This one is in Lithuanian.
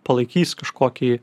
palaikys kažkokį